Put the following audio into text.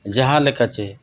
ᱡᱟᱦᱟᱸ ᱞᱮᱠᱟ ᱪᱮ